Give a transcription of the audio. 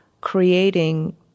creating